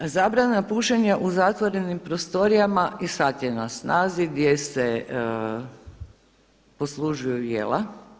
Zabrana pušenja u zatvorenim prostorijama i sada je na snazi gdje se poslužuju jela.